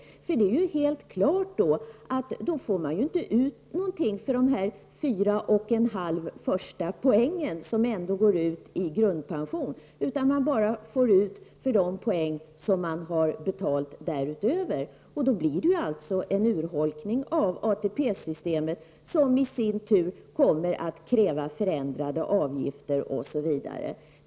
Det står ju helt klart att de inte får ut någonting för de 4,5 första poäng som utgår som grundpension. De får ju bara ut ersättning för de poäng som de därutöver har betalat för. Det innebär alltså en urholkning av ATP-systemet. Detta kommer i sin tur att kräva förändrade avgifter osv.